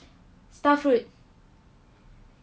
starfruit